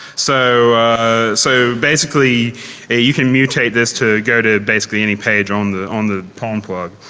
so so basically you can mutate this to go to basically any page on the on the pwn um plug.